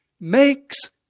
makes